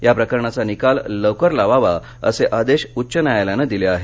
या प्रकरणाचा निकाल लवकर लावावा असे आदेश उच्च न्यायालयाने दिले आहेत